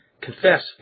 confess